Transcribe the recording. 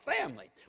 family